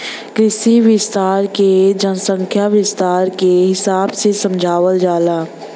कृषि विस्तार के जनसंख्या विस्तार के हिसाब से समझावल जाला